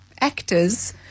actors